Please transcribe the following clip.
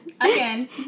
Again